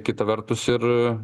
kita vertus ir